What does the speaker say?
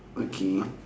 okay